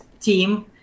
team